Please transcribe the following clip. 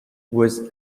was